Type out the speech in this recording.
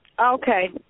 Okay